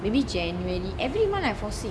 maybe january every month I fall sick